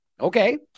Okay